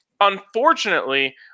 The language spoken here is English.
Unfortunately